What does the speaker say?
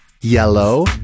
Yellow